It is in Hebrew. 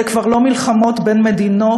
אלה כבר לא מלחמות בין מדינות.